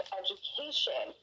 education